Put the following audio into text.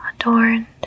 adorned